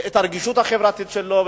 על הרגישות החברתית שלו,